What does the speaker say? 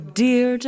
dear